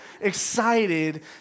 excited